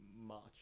March